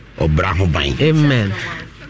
Amen